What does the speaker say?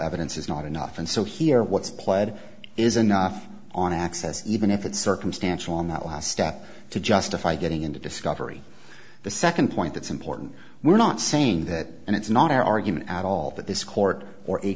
evidence is not enough and so here what's pled is enough on access even if it's circumstantial on that last step to justify getting into discovery the second point it's important we're not saying that and it's not our argument at all that this court or a